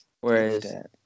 Whereas